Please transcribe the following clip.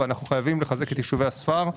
ואנחנו חייבים לחזק את יישובי הספר.